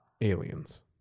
Aliens